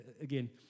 again